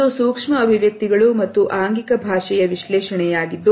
ಇದೊಂದು ಸೂಕ್ಷ್ಮ ಅಭಿವ್ಯಕ್ತಿಗಳು ಮತ್ತು ಆಂಗಿಕ ಭಾಷೆಯ ವಿಶ್ಲೇಷಣೆಯಾಗಿದೆ